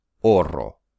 Oro